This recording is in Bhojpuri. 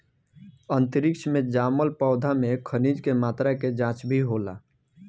अंतरिक्ष में जामल पौधा में खनिज के मात्रा के जाँच भी होला